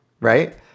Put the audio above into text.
right